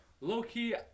Low-key